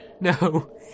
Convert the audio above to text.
No